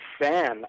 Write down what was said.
fan